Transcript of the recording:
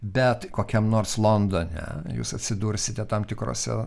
bet kokiam nors londone jūs atsidursite tam tikrose